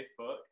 Facebook